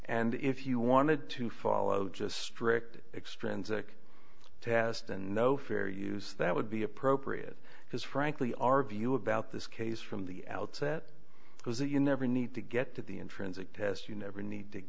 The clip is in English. and if you wanted to follow just strict extrinsic test and no fair use that would be appropriate because frankly our view about this case from the outset because you never need to get to the intrinsic test you never need to